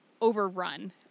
overrun